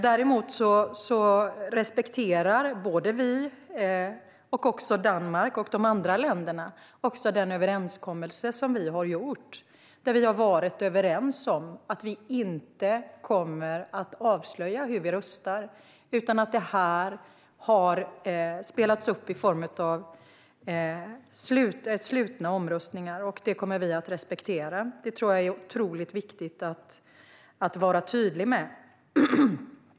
Däremot respekterar Sverige, Danmark och de andra länderna den överenskommelse som vi har gjort. Vi har varit överens om att vi inte kommer att avslöja hur vi röstar. Detta har spelats upp i form av slutna omröstningar, och det kommer vi att respektera. Det tror jag är otroligt viktigt att vara tydlig med.